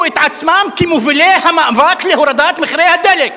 את עצמם כמובילי המאבק להורדת מחירי הדלק.